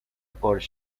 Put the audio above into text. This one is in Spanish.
por